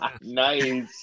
Nice